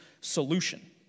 solution